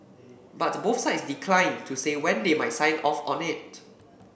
but both sides declined to say when they might sign off on it